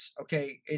okay